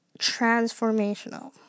transformational